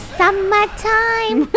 summertime